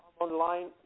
online